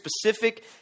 specific